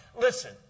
listen